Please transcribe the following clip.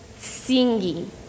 singing